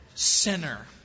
Sinner